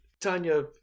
Tanya